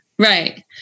right